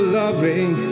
loving